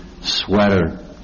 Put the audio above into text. sweater